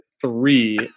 Three